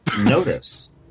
Notice